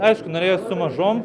aišku norėjos su mažom